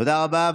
תודה רבה.